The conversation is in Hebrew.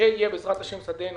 כשיהיה בעז"ה שדה משלים,